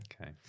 Okay